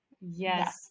yes